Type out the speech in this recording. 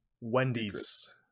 Wendy's